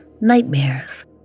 nightmares